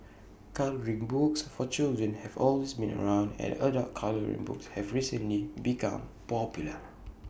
colouring books for children have always been around and adult colouring books have recently become popular